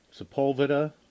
Sepulveda